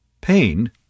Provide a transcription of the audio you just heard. pain